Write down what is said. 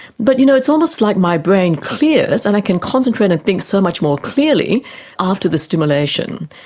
but you know it's almost like my brain clears and i can concentrate and think so much more clearly after the stimulation.